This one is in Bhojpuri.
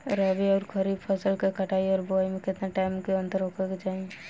रबी आउर खरीफ फसल के कटाई और बोआई मे केतना टाइम के अंतर होखे के चाही?